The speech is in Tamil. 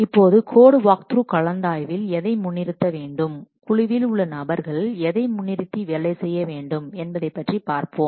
இப்போது கோட் வாக்த்ரூ கலந்தாய்வில் எதை முன்னிறுத்த வேண்டும் குழுவில் உள்ள நபர்கள் எதை முன்னிறுத்தி வேலை செய்ய வேண்டும் என்பதை பற்றி பார்ப்போம்